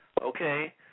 Okay